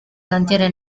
cantiere